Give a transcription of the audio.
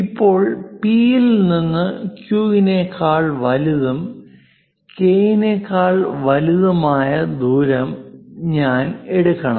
ഇപ്പോൾ P ൽ നിന്ന് Q നേക്കാൾ വലുതും K നേക്കാൾ വലുതായതുമായ ദൂരം ഞാൻ എടുക്കണം